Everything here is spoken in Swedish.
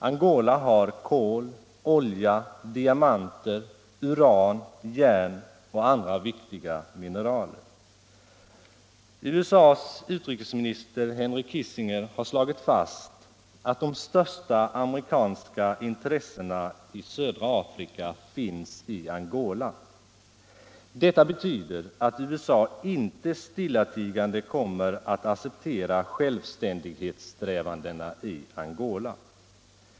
Angola har kol, olja, diamanter, uran, järn och andra viktiga mineraler. USA:s utrikesminister Henry Kissinger har slagit fast att de största amerikanska intressena i södra Afrika finns i Angola. Detta betyder att USA inte stillatigande kommer att acceptera självständighetssträvandena i Angola.